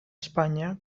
espanya